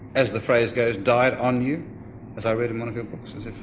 as the phrase goes died on you as i read in one of your